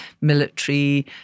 military